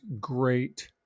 great